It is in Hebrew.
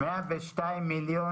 בסדר גמור.